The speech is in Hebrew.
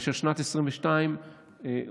ושנת 2022 הוחלטה,